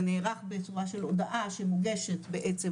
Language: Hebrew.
זה נערך בצורה של הודעה שמוגשת בעצם